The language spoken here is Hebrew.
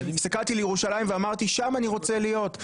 הסתכלתי לירושלים ואמרתי שם אני רוצה להיות.